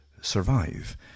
survive